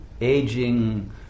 aging